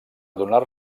donar